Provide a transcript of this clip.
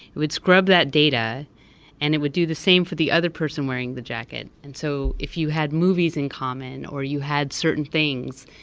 it would scrub that data and it would do the same for the other person wearing the jacket. and so if you had movies in common or you had certain things,